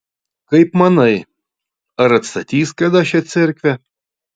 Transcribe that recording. kaip manai ar atstatys kada šią cerkvę